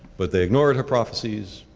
but they ignored her prophesies.